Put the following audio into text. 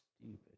stupid